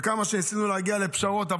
וכמה שניסינו להגיע לפשרות,